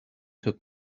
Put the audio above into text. took